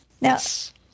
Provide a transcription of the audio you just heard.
Yes